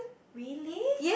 really